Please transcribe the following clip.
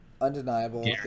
undeniable